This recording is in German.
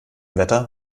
wetter